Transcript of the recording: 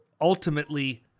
ultimately